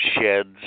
sheds